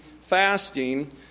fasting